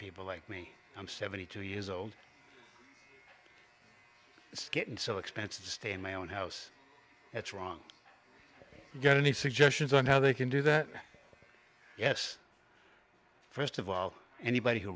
people like me i'm seventy two years old it's getting so expensive to stay in my own house that's wrong get any suggestions on how they can do that yes st of all anybody who